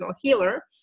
healer